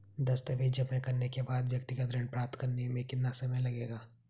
दस्तावेज़ जमा करने के बाद व्यक्तिगत ऋण प्राप्त करने में कितना समय लगेगा?